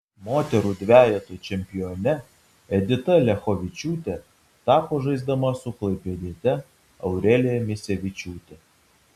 moterų dvejeto čempione edita liachovičiūtė tapo žaisdama su klaipėdiete aurelija misevičiūte